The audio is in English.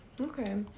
Okay